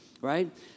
right